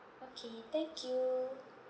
okay thank you